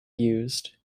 used